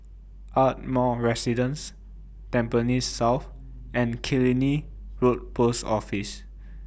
Ardmore Residence Tampines South and Killiney Road Post Office